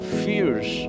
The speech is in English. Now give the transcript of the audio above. fears